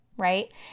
Right